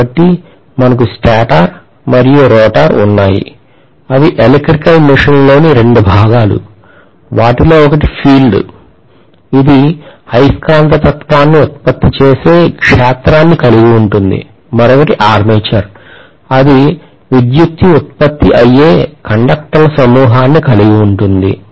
కాబట్టి మనకు స్టేటర్ మరియు రోటర్ ఉన్నాయి అవి ఎలక్ట్రికల్ మెషీన్ లోని 2 భాగాలు వాటిలో ఒకటి field ఇది అయస్కాంతత్వాన్ని ఉత్పత్తి చేసే క్షేత్రానికి కలిగి ఉంటుంది మరొకటి armature అది విద్యుత్తు ఉత్పత్తి అయ్యే కండక్టర్ల సమూహాన్ని కలిగి ఉంటుంది